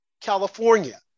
California